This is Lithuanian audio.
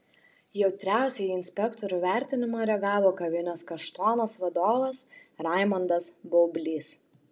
jautriausiai į inspektorių vertinimą reagavo kavinės kaštonas vadovas raimondas baublys